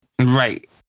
Right